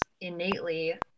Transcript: innately